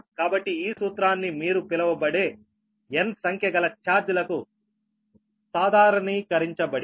కాబట్టి ఈ సూత్రాన్ని మీరు పిలువబడే n సంఖ్యగల ఛార్జ్ లకు సాధారణీకరించబడింది